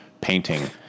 painting